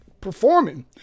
performing